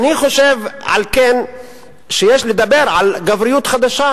על כן אני חושב שיש לדבר על גבריות חדשה,